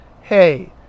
Hey